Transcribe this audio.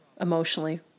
emotionally